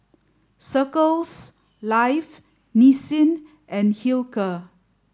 Circles Life Nissin and Hilker